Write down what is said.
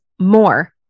more